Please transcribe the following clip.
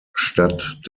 hauptstadt